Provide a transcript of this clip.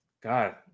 God